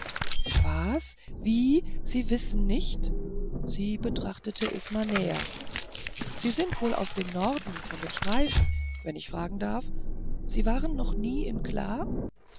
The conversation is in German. was wie sie wissen nicht sie betrachtete isma näher sie sind wohl aus dem norden von den streifen wenn ich fragen darf sie waren noch nie in kla